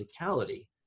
physicality